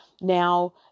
Now